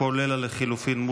כולל לחלופין,